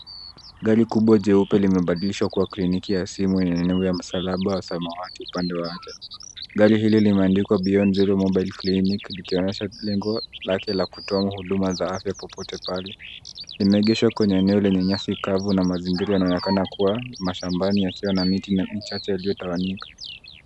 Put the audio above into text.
Gari kubwa jeupe limebadilishwa kuwa kliniki ya simu yenye nembo ya msalaba wa samawati upande wake. Gari hili limeandikwa Beyond Zero Mobile Clinic likionyesha lengo lake la kutoa huduma za afya popote pale. Limeegeshwa kwenye eneo lenye nyasi kavu na mazingira yanaonekana kuwa mashambani yakiwa na miti michache yaliyotawanyika.